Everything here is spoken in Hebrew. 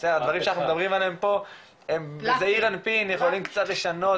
הדברים שאנחנו מדברים עליהם פה הם בזעיר אנפין יכולים קצת לשנות,